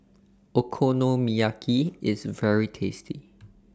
Okonomiyaki IS very tasty